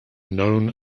known